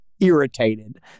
irritated